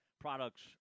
products